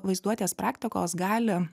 vaizduotės praktikos gali